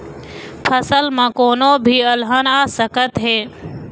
फसल म कोनो भी अलहन आ सकत हे